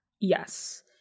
Yes